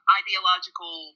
ideological